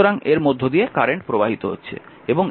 সুতরাং এর মধ্য দিয়ে কারেন্ট প্রবাহিত হচ্ছে